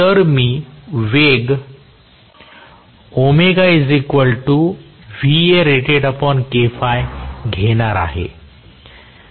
तर मी वेग घेणार आहे